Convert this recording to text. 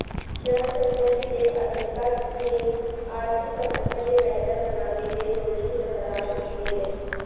ऋण संचयन के अधिकता के आर्थिक समस्या के बेहतर बनावेले दोषी ठहराल गेलय